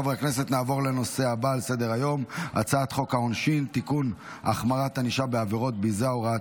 אני קובע כי הצעת חוק סיוע למשפחות נפגעי מאורעות 7 באוקטובר,